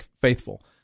faithful